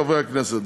חברי הכנסת,